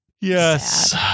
Yes